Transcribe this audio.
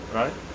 right